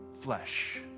flesh